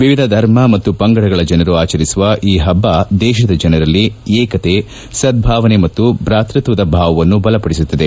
ವಿವಿಧ ಧರ್ಮ ಮತ್ತು ಪಂಗಡಗಳ ಜನರು ಆಚರಿಸುವ ಈ ಹಬ್ಬ ದೇಶದ ಜನರಲ್ಲಿ ಏಕತೆ ಸದ್ಬಾವನೆ ಮತ್ತು ಭಾತೃತ್ವದ ಭಾವವನ್ನು ಬಲಪಡಿಸುತ್ತದೆ